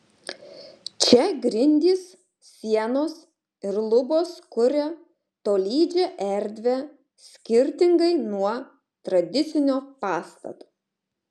čia grindys sienos ir lubos kuria tolydžią erdvę skirtingai nuo tradicinio pastato